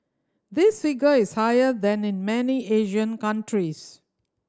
this figure is higher than in many Asian countries